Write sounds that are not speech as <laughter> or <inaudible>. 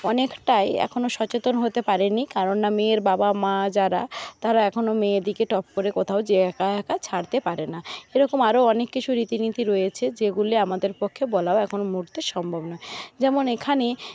অনেকটাই এখনো সচেতন হতে পারে নি কারণ না মেয়ের বাবা মা যারা তারা এখনো মেয়েদেরকে টপ করে কোথাও যে একা একা ছাড়তে পারে না এরকম আরও অনেক কিছু রীতিনীতি রয়েছে যেগুলি আমাদের পক্ষে বলাও এখন <unintelligible> মুহূর্তে সম্ভব নয় যেমন এখানে